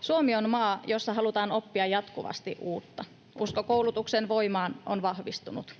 ”Suomi on maa, jossa halutaan oppia jatkuvasti uutta. Usko koulutuksen voimaan on vahvistunut.”